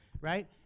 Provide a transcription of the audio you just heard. right